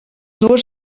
dues